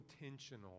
intentional